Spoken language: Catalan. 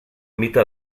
mite